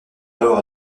alors